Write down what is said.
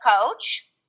coach